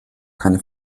keine